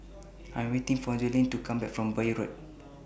I Am waiting For Joellen to Come Back from Bury Road